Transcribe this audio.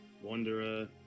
wanderer